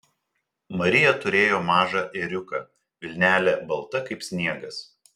marija turėjo mažą ėriuką vilnelė balta kaip sniegas